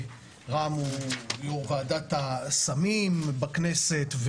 רם הוא יו"ר ועדת הסמים בכנסת,